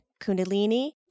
Kundalini